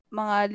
mga